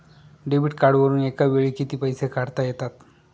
Debit कार्डवरुन एका वेळी किती पैसे काढता येतात?